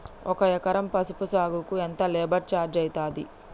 ఒక ఎకరం పసుపు సాగుకు ఎంత లేబర్ ఛార్జ్ అయితది?